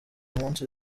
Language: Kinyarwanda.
munsi